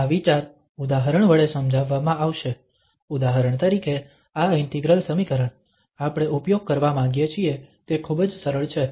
તો આ વિચાર ઉદાહરણ વડે સમજાવવામાં આવશે ઉદાહરણ તરીકે આ ઇન્ટિગ્રલ સમીકરણ આપણે ઉપયોગ કરવા માંગીએ છીએ તે ખૂબ જ સરળ છે